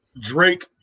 Drake